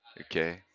okay